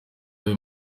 uyu